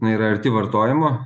jinai yra arti vartojimo